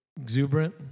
exuberant